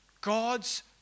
God's